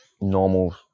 normal